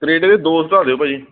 crate ਇਹਦੇ ਦੋ ਚੜਾ ਦਿਓ ਭਾਅ ਜੀ